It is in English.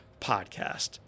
podcast